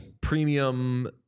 premium